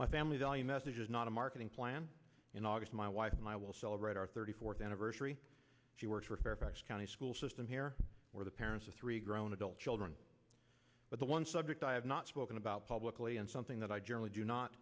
my family value message is not a marketing plan in august my wife and i will celebrate our thirty fourth anniversary she works for fairfax county school system here where the parents of three grown adult children but the one subject i have not spoken about publicly and something that i generally do not